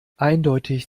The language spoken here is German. eindeutig